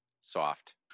soft